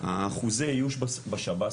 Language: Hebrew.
אחוזי האיוש בשב"ס,